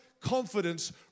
confidence